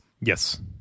Yes